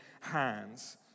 hands